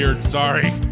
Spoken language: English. Sorry